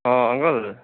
uncle